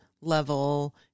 level